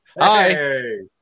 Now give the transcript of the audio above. Hi